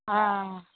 ꯑꯥ